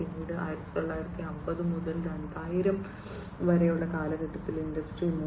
പിന്നീട് 1950 മുതൽ 2000 വരെയുള്ള കാലഘട്ടത്തിൽ ഇൻഡസ്ട്രി 3